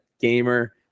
gamer